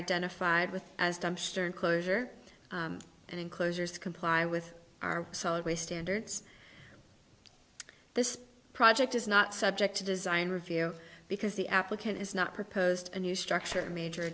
identified with as dumpster enclosure and enclosures comply with solid waste enters this project is not subject to design review because the applicant has not proposed a new structure major